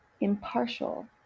impartial